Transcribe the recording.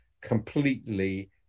completely